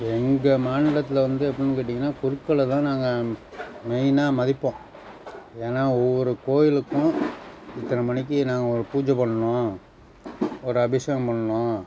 எங்கள் மாநிலத்தில் வந்து எப்பட்னு கேட்டீங்கன்னால் குருக்களை தான் நாங்கள் மெயினாக மதிப்போம் ஏன்னா ஒவ்வொரு கோயிலுக்கும் இத்தனை மணிக்கு நாங்கள் ஒரு பூஜை பண்ணும் ஒரு அபிஷேகம் பண்ணும்